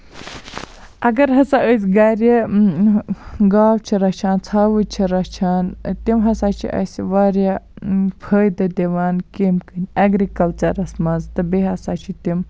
اگر ہَسا أسۍ گَرِ گاو چھِ رَچھان ژھاوٕج چھِ رَچھان تِم ہَسا چھِ اَسہِ واریاہ فٲیدٕ تہِ دِوان کیمہِ کِن ایگرِکَلچَرَس مَنز تہٕ بیٚیہِ ہَسا چھِ تِم